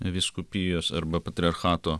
vyskupijos arba patriarchato